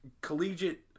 collegiate